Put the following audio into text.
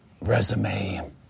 resume